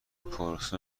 پروسه